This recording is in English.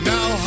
Now